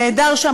נהדר שם,